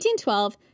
1812